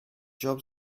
job